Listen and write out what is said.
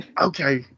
okay